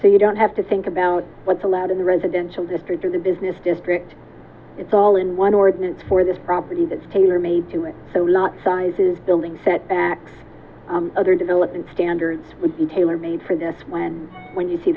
so you don't have to think about what's allowed in the residential district or the business district it's all in one ordinance for this property that is tailor made to it so a lot size is building setbacks other development standards tailor made for this when when you see